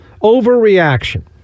overreaction